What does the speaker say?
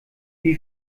wie